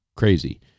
crazy